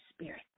Spirit